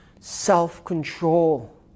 Self-control